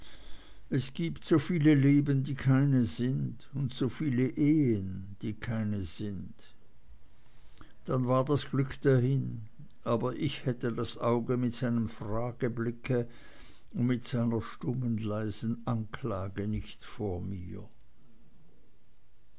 es gibt so viele leben die keine sind und so viele ehen die keine sind dann war das glück hin aber ich hätte das auge mit seinem frageblick und mit seiner stummen leisen anklage nicht vor mir